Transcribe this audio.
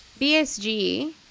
BSG